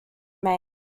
mayor